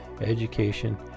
education